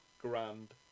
grand